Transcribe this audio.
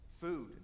food